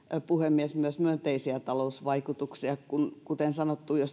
puhemies myös myönteisiä talousvaikutuksia ja kuten sanottua jos